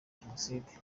jenoside